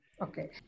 Okay